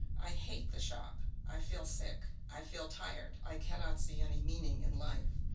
i hate the shop. i feel sick. i feel tired. i cannot see any meaning in life.